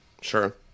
Sure